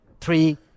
three